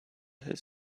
his